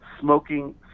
smoking